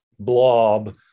blob